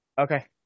Okay